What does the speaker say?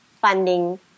funding